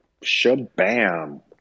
Shabam